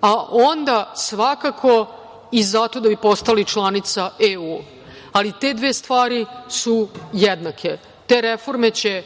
a onda, svakako, i zato da bi postali članica EU. Ali, te dve stvari su jednake. Te reforme će